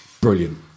Brilliant